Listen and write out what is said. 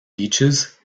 beaches